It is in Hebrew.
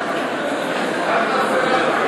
אורי, לא.